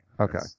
Okay